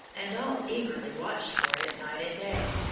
and all eagerly watched for it night and day.